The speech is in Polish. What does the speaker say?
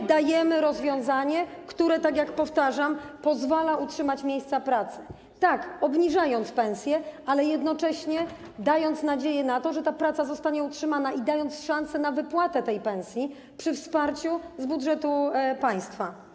My dajemy rozwiązanie, które, tak jak powtarzam, pozwala utrzymać miejsca pracy, obniżając pensje, ale jednocześnie dając nadzieję na to, że te miejsca pracy zostaną utrzymane, i dając szansę na wypłatę pensji przy wsparciu z budżetu państwa.